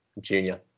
junior